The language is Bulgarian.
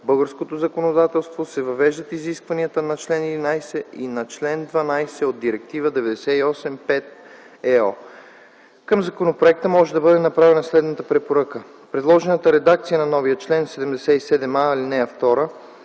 българското законодателство, се въвеждат изискванията на чл. 11 и на чл. 12 от Директива 98/5/ЕО. Към законопроекта може да бъде направена следната препоръка: Предложената редакция на новия чл. 77а, ал. 2